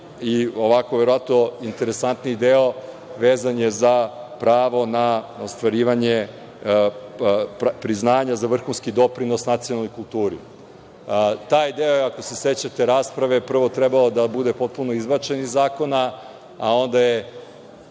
i ovako verovatno najinteresantniji deo vezan je za pravo na ostvarivanje priznanja za vrhunski doprinos nacionalnoj kulturi. Taj deo, ako se sećate rasprave, prvo trebao da bude potpuno izbačen iz zakona, a onda je